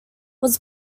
was